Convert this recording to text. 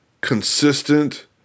consistent